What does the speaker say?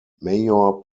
mayor